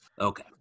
okay